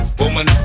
woman